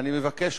ואני מבקש,